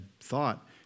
thought